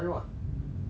chinese studies